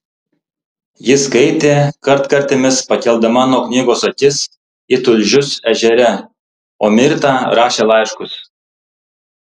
ji skaitė kartkartėmis pakeldama nuo knygos akis į tulžius ežere o mirta rašė laiškus